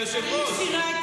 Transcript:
היושב-ראש.